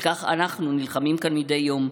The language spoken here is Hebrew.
על כך אנחנו נלחמים כאן מדי יום,